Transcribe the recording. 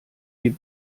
die